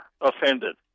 offended